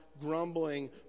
grumbling